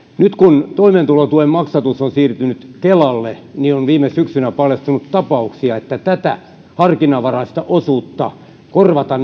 nyt kun toimeentulotuen maksatus on siirtynyt kelalle on viime syksynä paljastunut tapauksia joissa tätä harkinnanvaraista osuutta korvata